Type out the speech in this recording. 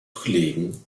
kollegen